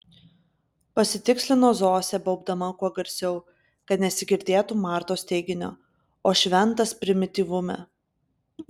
pasitikslino zosė baubdama kuo garsiau kad nesigirdėtų martos teiginio o šventas primityvume